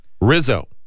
Rizzo